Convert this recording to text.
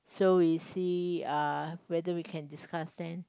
so we see uh whether we can discuss then